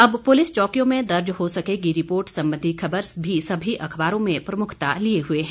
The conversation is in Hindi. अब पुलिस चौकियों में दर्ज हो सकेगी रिपोर्ट संबंधी खबर भी सभी अखबारों में प्रमुखता लिए हुए है